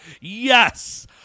Yes